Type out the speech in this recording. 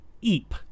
eep